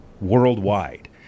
worldwide